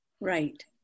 Right